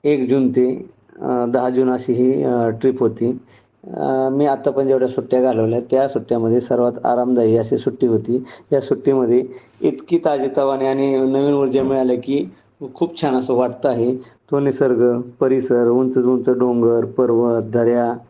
एक जून ते दहा जून अशी ही ट्रीप होती मी आत्ता पण जेवढ्या सुट्ट्या घालवल्या त्या सुट्ट्यामध्ये सर्वात आरामदायी अशी सुट्टी होती या सुट्टीमध्ये इतकी ताजीतवानी आणि नवीन ऊर्जा मिळाल्या की खूप छान असं वाटतं आहे तो निसर्ग परिसर उंचच उंच डोंगर पर्वत दऱ्या